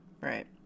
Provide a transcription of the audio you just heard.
Right